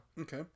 Okay